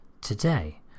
today